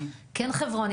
כן חברוני,